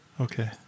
Okay